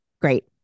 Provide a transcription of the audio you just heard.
Great